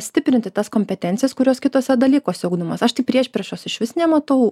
stiprinti tas kompetencijas kurios kituose dalykuose ugdomos aš tai priešpriešos išvis nematau